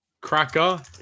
Cracker